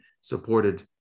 supported